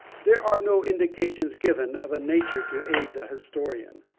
there are no indications given of a nature to aid the historian.